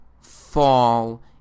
fall